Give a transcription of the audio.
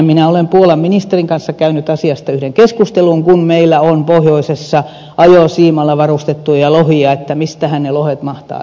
minä olen puolan ministerin kanssa käynyt asiasta yhden keskustelun kun meillä on pohjoisessa ajosiimalla varustettuja lohia siitä mistähän ne lohet mahtavat tulla